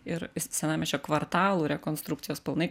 ir senamiesčio kvartalų rekonstrukcijos planai